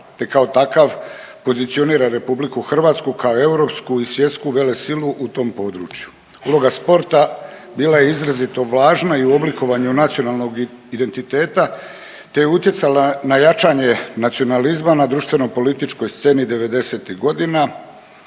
te kao takav pozicionira RH kao europsku i svjetsku velesilu u tom području. Uloga sporta bila je izrazito važna i u oblikovanju nacionalnoga identiteta te je utjecala na jačanje nacionalizma na društveno političkom sceni '90.-ih godina.